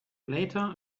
later